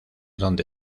donde